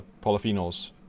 polyphenols